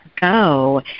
go